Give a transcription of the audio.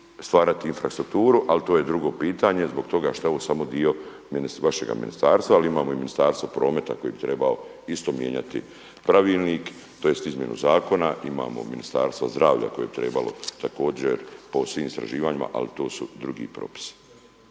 stvarati infrastrukturu ali to je drugo pitanje zbog toga što je ovo samo dio vašega ministarstva ali imamo i Ministarstvo prometa koje bi trebalo isto mijenjati pravilnik tj. izmjenu zakona, imamo Ministarstvo zdravlja koje bi trebalo također po svim istraživanjima ali to su drugi propisi.